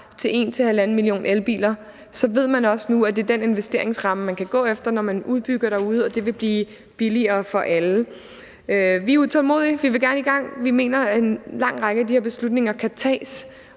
til 1-1½ million elbiler, ved de også nu, at det er den investeringsramme, de kan gå efter, når de udbygger derude, og det vil blive billigere for alle. Vi er utålmodige, vi vil gerne i gang, og vi mener, at en lang række af de her beslutninger kan tages,